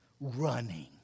running